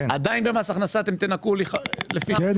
עדיין במס הכנסה אתם תנכו לי לפי --- כן,